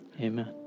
amen